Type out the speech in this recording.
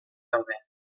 daude